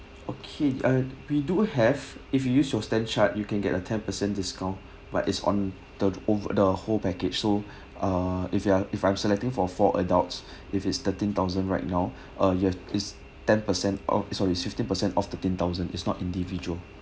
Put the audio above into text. okay uh we do have if you use your stand chart you can get a ten percent discount but it's on the over the whole package so ah if you are if I'm selecting for four adults if is thirteen thousand right now uh you have is ten percent off sorry it's fifteen percent off thirteen thousand it's not individual